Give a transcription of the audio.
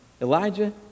Elijah